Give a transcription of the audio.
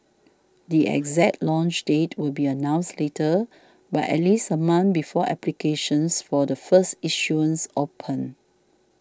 the exact launch date will be announced later but at least a month before applications for the first issuance open